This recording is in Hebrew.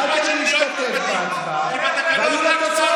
יכולתם להשתתף בהצבעה והיו התוצאות.